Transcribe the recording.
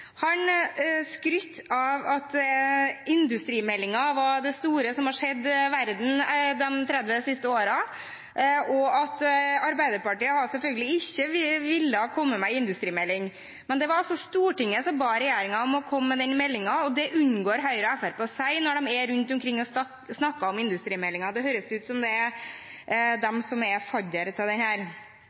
Han skrytte av at industrimeldingen var det store som har skjedd verden de 30 siste årene, og at Arbeiderpartiet selvfølgelig ikke hadde villet komme med en industrimelding. Men det var Stortinget som ba regjeringen om å komme med denne meldingen. Det unngår Høyre og Fremskrittspartiet å si når de er rundt omkring og snakker om industrimeldingen. Det høres ut som om det er de som er